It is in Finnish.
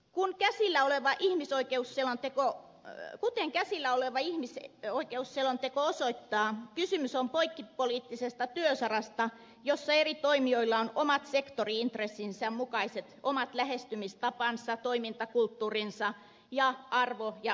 kun esillä oleva ihmisoikeusselonteko menee kuten käsillä oleva ihmisoikeusselonteko osoittaa kysymys on poikkipoliittisesta työsarasta jossa eri toimijoilla on oman sektori intressinsä mukaiset omat lähestymistapansa toimintakulttuurinsa ja arvo ja asenneilmastonsa